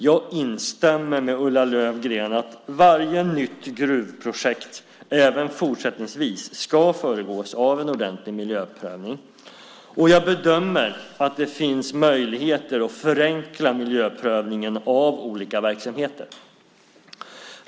Jag instämmer med Ulla Löfgren att varje nytt gruvprojekt även fortsättningsvis ska föregås av en ordentlig miljöprövning, och jag bedömer att det finns möjligheter att förenkla miljöprövningen av olika verksamheter.